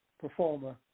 performer